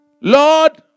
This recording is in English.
Lord